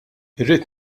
irrid